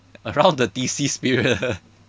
around the thesis period